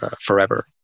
forever